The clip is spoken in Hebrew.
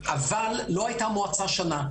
אבל לא הייתה מועצה במשך שנה.